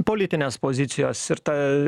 politinės pozicijos ir ta